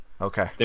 Okay